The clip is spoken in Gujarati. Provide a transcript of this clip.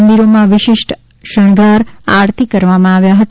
મંદિરોમાં વિશિષ્ટ શણગાર આરતી કરવામાં આવી હતી